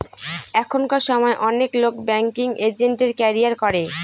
এখনকার সময় অনেক লোক ব্যাঙ্কিং এজেন্টের ক্যারিয়ার করে